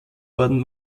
worden